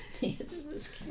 Yes